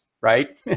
right